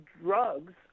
drugs